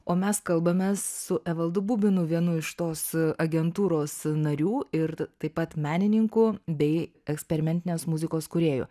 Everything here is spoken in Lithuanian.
o mes kalbamės su evaldu bubinu vienu iš tos agentūros narių ir taip pat menininku bei eksperimentinės muzikos kūrėju